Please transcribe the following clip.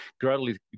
gradually